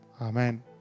Amen